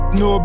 no